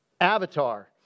Avatar